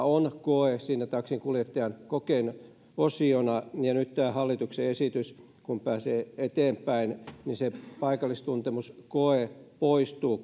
on koe siinä taksinkuljettajan kokeen osiona ja nyt kun tämä hallituksen esitys pääsee eteenpäin niin se paikallistuntemuskoe poistuu